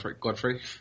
Godfrey